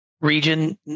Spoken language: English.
region